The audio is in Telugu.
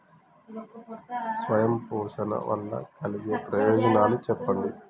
స్వయం పోషణ వల్ల కలిగే ప్రయోజనాలు చెప్పండి?